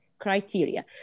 Criteria